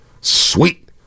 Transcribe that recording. Sweet